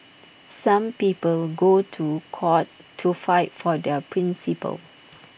some people go to court to fight for their principles